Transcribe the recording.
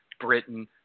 Britain